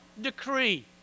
decree